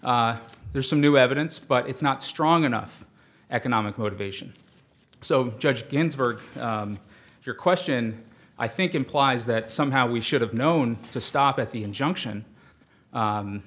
ok there's some new evidence but it's not strong enough economic motivation so judge ginsburg your question i think implies that somehow we should have known to stop at the injunction